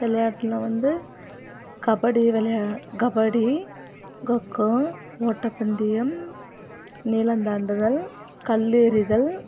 விளையாட்ல வந்து கபடி வெளையா கபடி கொக்கோ ஓட்டப்பந்தயம் நீளம் தாண்டுதல் கல் எறிதல்